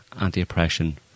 anti-oppression